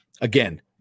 Again